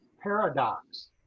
paradox